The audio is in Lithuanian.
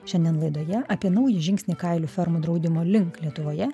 šiandien laidoje apie naują žingsnį kailių fermų draudimo link lietuvoje